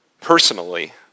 personally